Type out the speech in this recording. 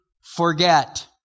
forget